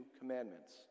commandments